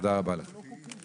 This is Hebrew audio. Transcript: תודה רבה, הישיבה נעולה.